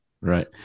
Right